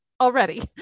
already